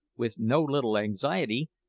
with no little anxiety,